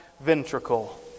ventricle